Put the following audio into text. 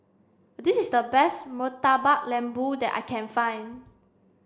this is the best Murtabak Lembu that I can find